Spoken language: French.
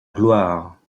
gloire